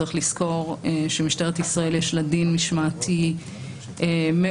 צריך לזכור שלמשטרת ישראל יש דין משמעתי מאוד